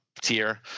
tier